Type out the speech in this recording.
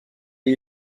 est